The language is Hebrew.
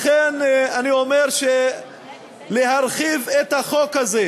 לכן אני אומר שלהרחיב את החוק הזה,